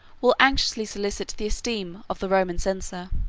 will anxiously solicit the esteem, of the roman censor.